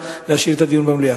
מה שהיה בג'נין.